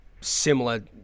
similar